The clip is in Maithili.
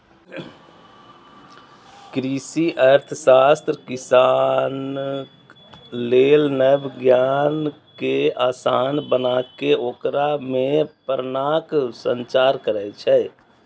कृषि अर्थशास्त्र किसानक लेल नव ज्ञान कें आसान बनाके ओकरा मे प्रेरणाक संचार करै छै